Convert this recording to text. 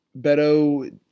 Beto